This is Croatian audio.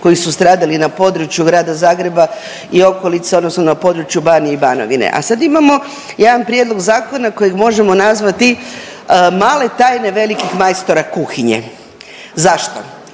koji su stradali na području Grada Zagreba i okolice odnosno na području Banije i Banovine, a sad imamo jedan prijedlog zakona kojeg možemo nazvati male tajne velikih majstora kuhinje. Zašto?